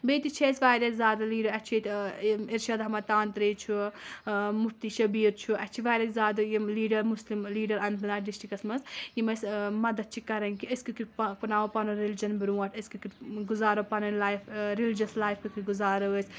بیٚیہِ تہِ چھِ اَسہِ واریاہ زیادٕ لیٖڈَر اَسہِ چھِ ییٚتہِ اِرشاد احمد تانترٛے چھُ مُفتی شبیٖر چھُ اَسہِ چھِ واریاہ زیادٕ یِم لیٖڈَر مُسلِم لیٖڈَر اَننت ناگ ڈِسٹرکَس منٛز یِم أسۍ مَدتھ چھِ کَرٕنۍ کہِ أسۍ کٔرِتھ پناوو پَنُن رِلجن برونٛٹھ أسۍ کٔرِتھ گُزارو پَنٕنۍ لایف ریلِجَس لایف کِتھ کٔنۍ گُزارو أسۍ